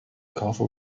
cover